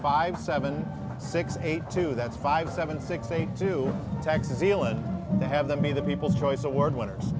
five seven six eight two that's five seven six eight two texas zealot to have them be the people's choice award winners